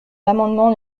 l’amendement